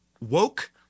Woke